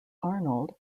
arnold